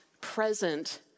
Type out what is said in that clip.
present